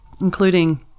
including